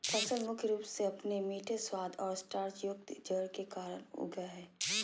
फसल मुख्य रूप से अपने मीठे स्वाद और स्टार्चयुक्त जड़ के कारन उगैय हइ